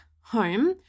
home